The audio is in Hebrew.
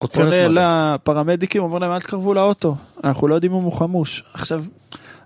פרמדיקים אומרים להם, אל תתקרבו לאוטו, אנחנו לא יודעים אם הוא חמוש, עכשיו